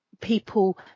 people